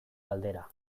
galdera